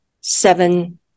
seven